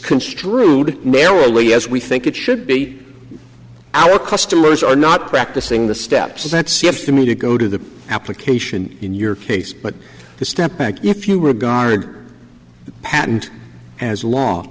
construed narrowly as we think it should be our customers are not practicing the steps and that seems to me to go to the application in your case but to step back if you regard the patent as l